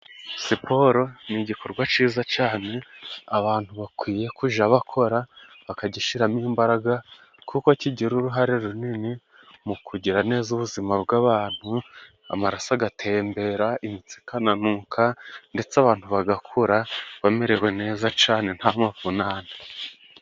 Siporo ni igikorwa ciza cane abantu bakwiye kuja bakora bakagishiramo imbaraga, kuko kigira uruhare runini mu kugira neza ubuzima bw'abantu, amaraso agatembera, imitsi ikananuka ndetse abantu bagakura bamerewe neza cane, nta mavunane.